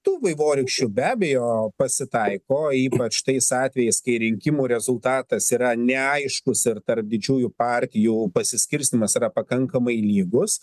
tų vaivorykščių be abejo pasitaiko ypač tais atvejais kai rinkimų rezultatas yra neaiškus ir tarp didžiųjų partijų pasiskirstymas yra pakankamai lygus